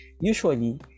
usually